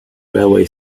railway